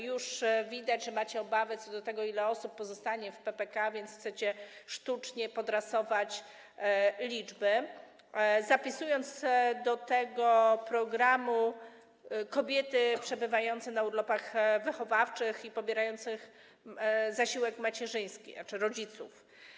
Już widać, że macie obawy co do tego, ile osób pozostanie w PPK, więc chcecie sztucznie podrasować liczby, zapisując do tego programu kobiety przebywające na urlopach wychowawczych i pobierających zasiłek macierzyński, tzn. rodziców.